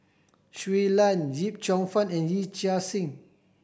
Shui Lan Yip Cheong Fun and Yee Chia Hsing